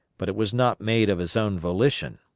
but it was not made of his own volition.